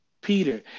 Peter